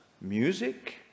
music